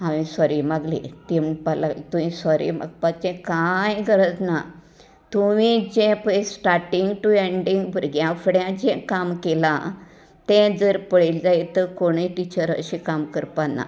हांवे सोरी मागली ती म्हणपाक लागली तुवें सोरी मागपाचे कांय गरज ना तुवेन जे पळय स्टार्टींग टू एन्डींग भुरग्यां फुड्यांत जें काम केलां ते जर पळयली जायत कोणय टिचर काम करपाना